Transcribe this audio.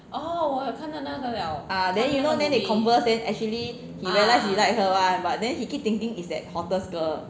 ah you know then they converse then actually he realized he liked her [one] but then he keep thinking is that hottest girl